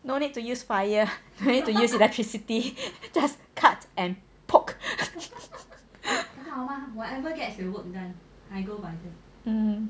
no need to use fire no need to use electricity just cut and poke um